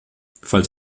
falls